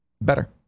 Better